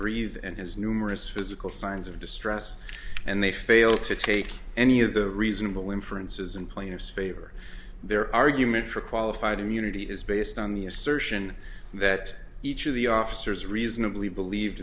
breathe and his numerous physical signs of distress and they fail to take any of the reasonable inferences and players favor their argument for qualified immunity is based on the assertion that each of the officers reasonably believed